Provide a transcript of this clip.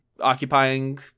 occupying